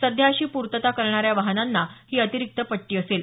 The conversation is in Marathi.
सध्या अशी पूर्तता करणाऱ्या वाहनांना ही अतिरिक्त पट्टी असेल